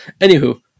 Anywho